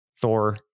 Thor